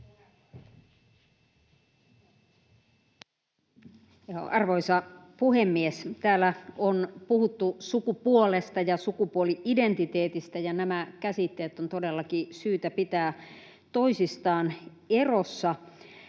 Arvoisa puhemies! Täällä on puhuttu sukupuolesta ja sukupuoli-identiteetistä, ja nämä käsitteet on todellakin syytä pitää toisistaan erossa.